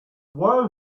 while